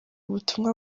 ubutumwa